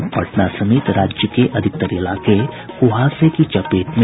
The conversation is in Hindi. और पटना समेत राज्य के अधिकतर इलाके कुहासे की चपेट में